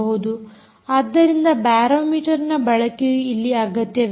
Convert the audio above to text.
ಆದ್ದರಿಂದ ಬ್ಯಾರೋ ಮೀಟರ್ನ ಬಳಕೆಯು ಇಲ್ಲಿ ಅಗತ್ಯವಿದೆ